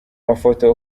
mafoto